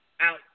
out